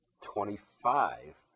twenty-five